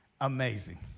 Amazing